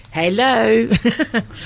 Hello